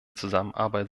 zusammenarbeit